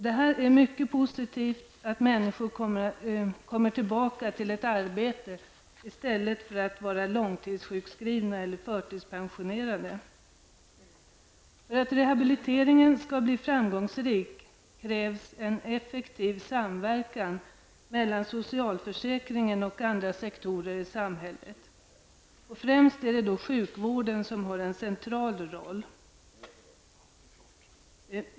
Det är mycket positivt att människor kommer tillbaka till ett arbete i stället för att vara långtidssjukskrivna eller förtidspensionerade. För att rehabiliteringen skall bli framgångsrik krävs en effektiv samverkan mellan socialförsäkringen och andra sektorer i samhället, och främst är det då sjukvården som har en central roll.